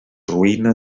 ruïna